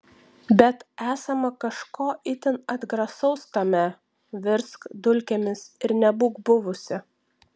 bet esama kažko itin atgrasaus tame virsk dulkėmis ir nebūk buvusi